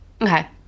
Okay